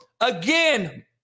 again